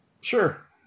Sure